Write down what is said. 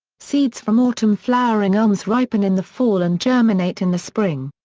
seeds from autumn-flowering elms ripen in the fall and germinate in the spring.